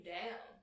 down